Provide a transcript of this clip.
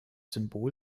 symbol